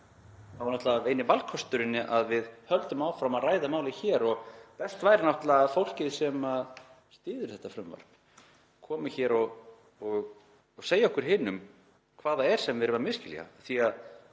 þá er náttúrlega eini valkosturinn að við höldum áfram að ræða málið hér. Best væri náttúrlega að fólkið sem styður þetta frumvarp kæmi hér og segði okkur hinum hvað það er sem við erum að misskilja, því að